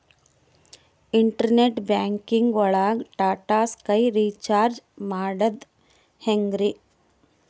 Internet banking ಒಳಗ್ Tata Sky recharge ಮಾಡದ್ ಹೆಂಗ್ರೀ?